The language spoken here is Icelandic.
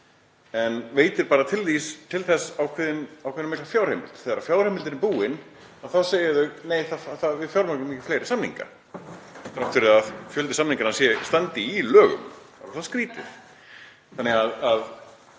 en veitir bara til þess ákveðið háa fjárheimild. Þegar fjárheimildin er búin segja þau: Nei, við fjármögnum ekki fleiri samninga, þrátt fyrir að fjöldi samninganna standi í lögum. Það er skrýtið. Þannig að